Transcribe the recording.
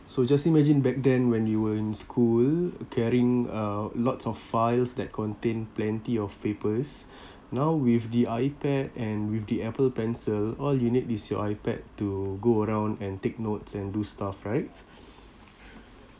so just imagine back then when you were in school carrying a lots of files that contain plenty of papers now with the ipad and with the apple pencil all you need is your ipad to go around and take notes and do stuff right